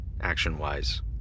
Action-wise